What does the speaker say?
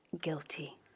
guilty